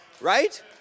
Right